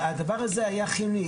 הדבר הזה היה חיוני,